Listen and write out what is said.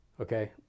Okay